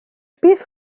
beth